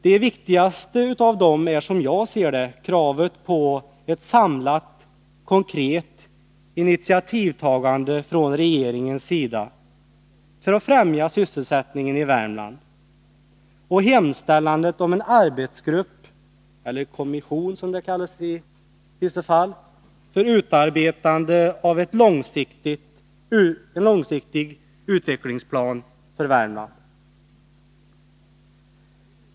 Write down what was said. De viktigaste av dem är, som jag ser det, kravet på ett samlat konkret initiativtagande från regeringens sida för att främja sysselsättningen i Värmland och hemställandet om en arbetsgrupp eller kommission, som den kallas i vissa fall, för utarbetande av en långsiktig utvecklingsplan för Värmland.